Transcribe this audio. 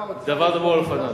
דבר דבור על אופניו.